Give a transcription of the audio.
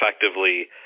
effectively